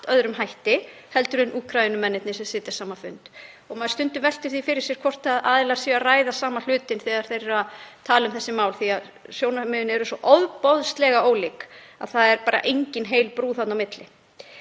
öðrum hætti en Úkraínumennirnir sem sitja sama fund. Maður veltir því stundum fyrir sér hvort aðilar séu að ræða sama hlutinn þegar þeir eru að tala um þessi mál því að sjónarmiðin eru svo ofboðslega ólík. Það er bara engin heil brú þarna á milli.